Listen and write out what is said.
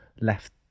left